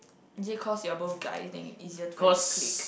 is it cause you are both guy then it easier for you to clique